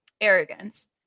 arrogance